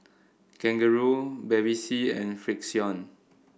Kangaroo Bevy C and Frixion